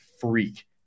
freak